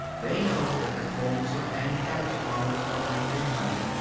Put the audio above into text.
they know that the colza and cabbage flowers are richer in honey,